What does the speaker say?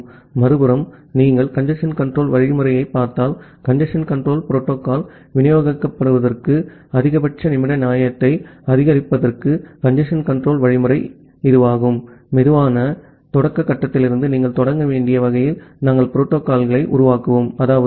ஆனால் இதன் மூலம் உங்கள் பாய்ச்சல்களைப் பற்றி நீங்கள் நினைத்தால் ஒரு HTTP கோரிக்கை பதில் செய்தியைப் போலவே மிகக் குறைவு TCP ஓட்டம் இயக்க புள்ளியை அடையும் நேரத்தில் இணைப்பு மூடப்படும் ஏனெனில் நீங்கள் உங்கள் கோரிக்கை மற்றும் பதில் செய்தியை மாற்றியுள்ளீர்கள் HTTP